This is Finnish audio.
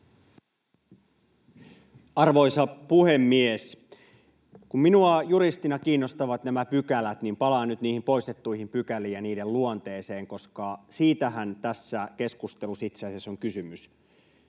Arvoisa puhemies! Kun minua juristina kiinnostavat nämä pykälät, niin palaan nyt niihin poistettuihin pykäliin ja niiden luonteeseen, koska siitähän tässä keskustelussa itse asiassa on kysymys